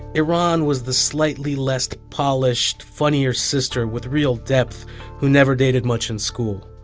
iran was the slightly less polished, funnier sister with real depth who never dated much in school.